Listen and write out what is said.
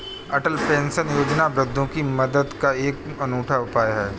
अटल pension योजना वृद्धों की मदद का एक अनूठा उपाय है